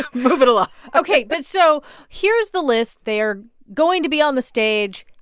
ah move it along ok, but so here's the list. they're going to be on the stage.